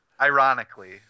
Ironically